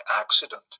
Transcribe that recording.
accident